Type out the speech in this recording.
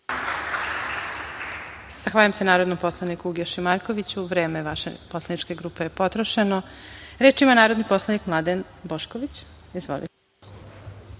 Zahvaljujem, se narodnom poslaniku Uglješi Markoviću. Vreme vaše poslaničke grupe je potrošeno. Reč ima narodni poslanik Mladen Bošković. Izvolite.